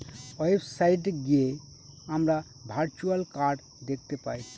website গিয়ে আমরা virtual card দেখতে পাই